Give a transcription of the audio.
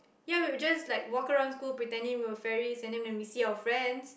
ya we will just like walk around school pretending we were fairies and then when we see our friends